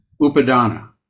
upadana